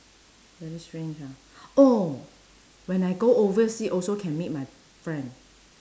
very strange ah oh when I go oversea also can meet my friend